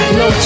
no